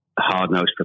hard-nosed